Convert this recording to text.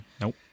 Nope